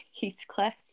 Heathcliff